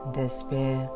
despair